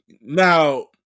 now